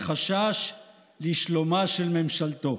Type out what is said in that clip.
מחשש לשלומה של ממשלתו.